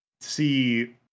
see